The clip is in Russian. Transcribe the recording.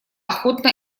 охотно